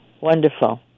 Wonderful